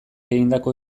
egindako